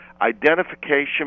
identification